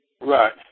Right